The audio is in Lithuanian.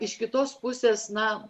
iš kitos pusės na